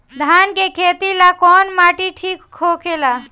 धान के खेती ला कौन माटी ठीक होखेला?